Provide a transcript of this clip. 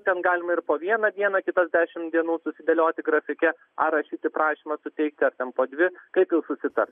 ten galima ir po vieną dieną kitas dešimt dienų susidėlioti grafike ar rašyti prašymą suteikti ar ten po dvi kaip jau susitars